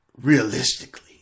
realistically